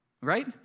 right